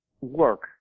work